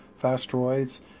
Fasteroids